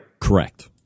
Correct